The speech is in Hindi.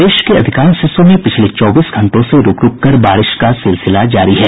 प्रदेश के अधिकांश हिस्सों में पिछले चौबीस घंटों से रूक रूक कर बारिश का सिलसिला जारी है